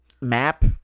map